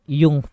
yung